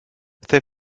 they